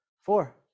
Four